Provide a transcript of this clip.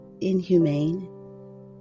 inhumane